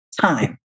time